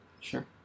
sure